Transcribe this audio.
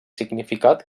significat